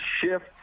shift